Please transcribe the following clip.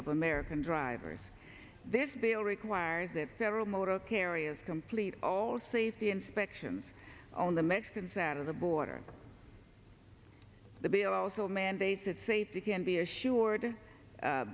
of american drivers this bill requires that several motor carriers complete all safety inspections on the mexicans out of the border the bill also mandates that safety can be assured